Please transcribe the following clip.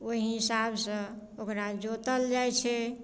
ओइ हिसाबसँ ओकरा जोतल जाइ छै